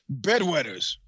bedwetters